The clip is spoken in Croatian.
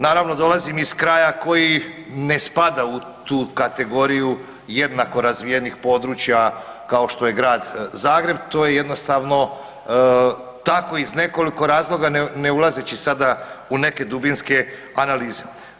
Naravno dolazim iz kraja koji ne spada u tu kategoriju jednako razvijenih područja kao što je grad Zagreb, to je jednostavno tako, iz nekoliko razloga, ne ulazeći sada u neke dubinske analize.